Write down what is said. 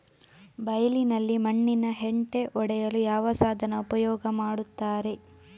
ಬೈಲಿನಲ್ಲಿ ಮಣ್ಣಿನ ಹೆಂಟೆ ಒಡೆಯಲು ಯಾವ ಸಾಧನ ಉಪಯೋಗ ಮಾಡುತ್ತಾರೆ?